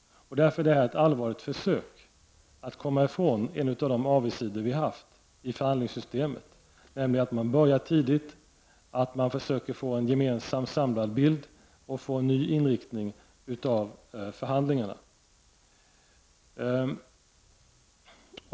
Därför görs nu ett allvarligt försök att komma ifrån en av de avigsidor vi har haft i förhandlingssystemet. Man börjar tidigt, och man försöker få en samlad bild och en ny inriktning av förhandlingarna.